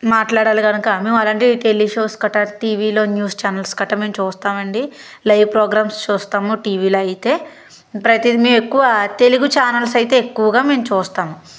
మాట్లాడాలి కనుక మేము అలాగే టీవీ షోస్ కట్ట టీవీలో న్యూస్ ఛానల్స్ కట్ట మేము చూస్తామండి లైవ్ ప్రోగ్రామ్స్ చూస్తాము టీవీలో అయితే ప్రతిదీ మేము ఎక్కువ తెలుగు చానల్స్ అయితే ఎక్కువగా మేము చూస్తాము